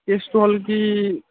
কেছটো হ'ল কি